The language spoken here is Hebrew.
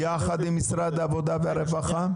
ביחד עם משרד העבודה והרווחה?